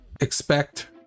expect